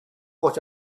what